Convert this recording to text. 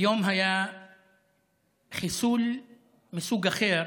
היום היה חיסול מסוג אחר,